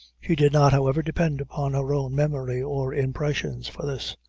she did not, however, depend upon her own memory or impressions for this,